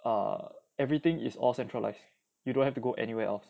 err everything is all centralized you don't have to go anywhere else